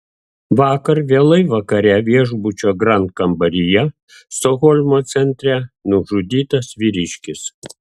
vakar vėlai vakare viešbučio grand kambaryje stokholmo centre nužudytas vyriškis